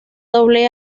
doble